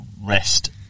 rest